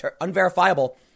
unverifiable